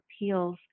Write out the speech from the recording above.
Appeals